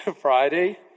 Friday